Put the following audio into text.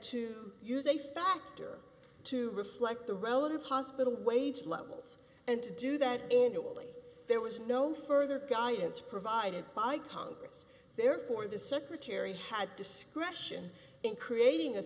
to use a factor to reflect the relative hospital wage levels and to do that there was no further guidance provided by congress therefore the secretary had discretion in creating a